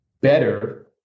better